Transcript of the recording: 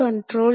அதனால் சி